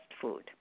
food